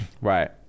Right